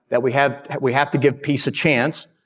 that we have we have to give peace a chance,